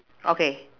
okay